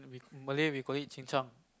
Malay we call it